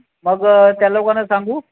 मग त्या लोकांना सांगू